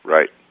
Right